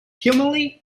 humanly